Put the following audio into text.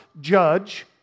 judge